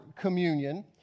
communion